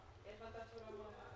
חברים, מה אתם מציעים לעשות עם המקדמות?